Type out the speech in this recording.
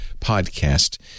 Podcast